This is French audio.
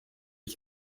est